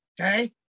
okay